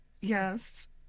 Yes